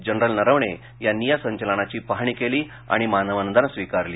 general Naravane यांनी या संचलनाची पाहणी केली आणि मानवंदना स्वीकारली